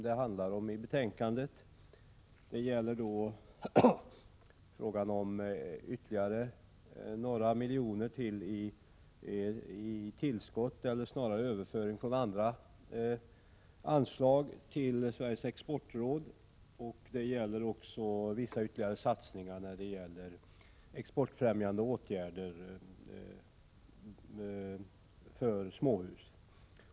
De gäller bl.a. frågan om ytterligare några miljoner som skulle överföras från andra anslag till Sveriges Exportråd och vissa ytterligare satsningar på exportfrämjande åtgärder för småhus.